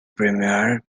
premiere